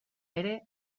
ere